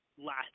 Last